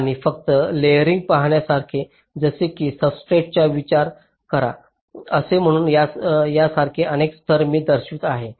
आणि फक्त लेयरिंग पाहण्यासारखे जसे की सब्सट्रेटचा विचार करा असे म्हणू यासारखे अनेक स्तर मी दर्शवित आहे